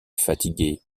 fatigué